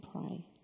pray